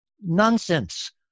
nonsense